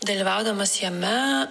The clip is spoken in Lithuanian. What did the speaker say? dalyvaudamas jame